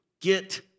get